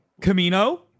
camino